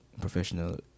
professional